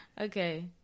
okay